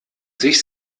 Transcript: sich